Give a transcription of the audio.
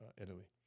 Italy